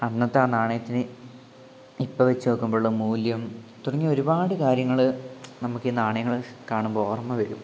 അന്നത്തെ ആ നാണയത്തിന് ഇപ്പോൾ വച്ചുനോക്കുമ്പോഴുള്ള മൂല്യം തുടങ്ങിയ ഒരുപാട് കാര്യങ്ങള് നമുക്ക് ഈ നാണയങ്ങള് കാണുമ്പോൾ ഓർമ്മ വരും